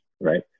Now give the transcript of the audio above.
right